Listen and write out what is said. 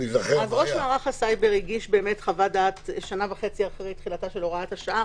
ראש מערך הסייבר הגיש חוות דעת שנה וחצי אחרי תחילת הוראת השעה,